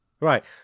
Right